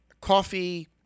coffee